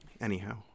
Anyhow